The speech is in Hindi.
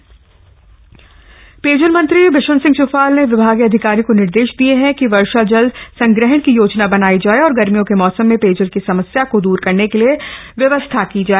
पेयजल मंत्री बैठक पेयजल मंत्री बिशन सिंह च्फाल ने विभागीय अधिकारियों को निर्देश दिये हैं कि वर्षा जल संग्रहण की योजना बनायी जाए और गर्मियों के मौसम में पेयजल की समस्या को दूर करने के लिए व्यवस्था की जाए